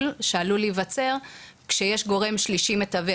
שעלול להיווצר כשיש גורם שלישי מתווך.